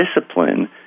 discipline